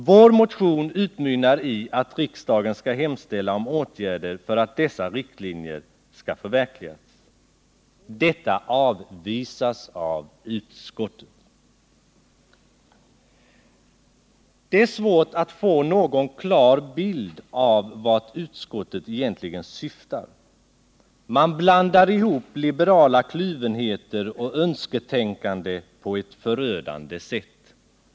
Vår motion utmynnar i att riksdagen skall hemställa om åtgärder för att dessa riktlinjer skall förverkligas. Detta förslag avvisas av utskottet. Det är svårt att få någon klar bild av vart utskottet egentligen syftar. Man blandar ihop liberala kluvenheter och önsketänkande på ett förödande sätt.